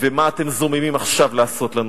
ומה אתם זוממים עכשיו לעשות לנו.